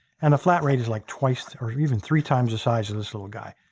and a flat rate is like twice or even three times the size of this little guy.